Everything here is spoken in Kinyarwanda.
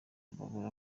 babura